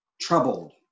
troubled